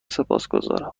سپاسگذارم